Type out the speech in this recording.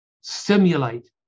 stimulate